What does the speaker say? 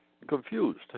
Confused